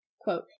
quote